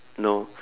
no